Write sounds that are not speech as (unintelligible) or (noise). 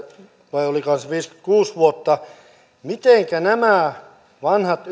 vai olikohan se viisikymmentäkuusi vuotta niin mitenkä nämä vanhat (unintelligible)